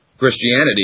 Christianity